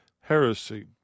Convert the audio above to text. heresy